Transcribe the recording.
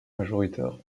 majoritaire